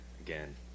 Again